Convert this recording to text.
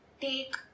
take